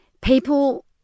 people